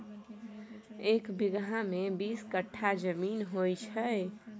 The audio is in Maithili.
एक बीगहा मे बीस कट्ठा जमीन होइ छै